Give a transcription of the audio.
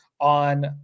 on